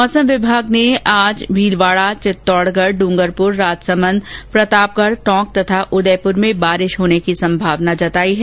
मौसम विभाग ने आज भीलवाड़ा चित्तौड़गढ़ ड्रंगरपुर राजसमंद प्रतापगढ़ टोंक तथा उदयपुर र्मे वर्षा होने की संभावना जताई है